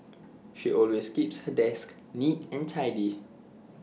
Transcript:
she always keeps her desk neat and tidy